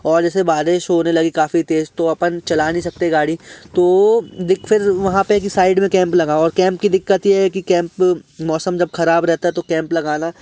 और जैसे बारिश होने लगी काफ़ी तेज़ तो अपन चला नहीं सकते गाड़ी तो वहाँ पे कि साइड में कैंप लगा हुआ है कैंप की दिक़्क़त ये है कि कैंप वो मौसम जब खराब रहता है तो कैंप लगाना